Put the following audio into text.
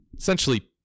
essentially